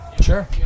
Sure